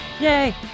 Yay